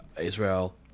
Israel